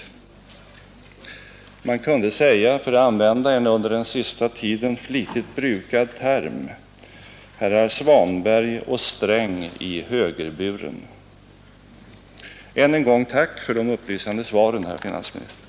Man kunde säga, för att använda en under den senaste tiden flitigt brukad term : Herrar Svanberg och Sträng i högerburen. Än en gång tack för de upplysande svaren, herr finansminister!